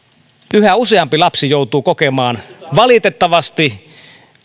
yhä useampi lapsi joutuu kokemaan valitettavasti